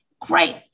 Great